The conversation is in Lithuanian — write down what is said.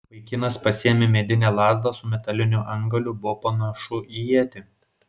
vaikinas pasiėmė medinę lazdą su metaliniu antgaliu buvo panašu į ietį